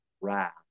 wrath